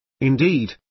Indeed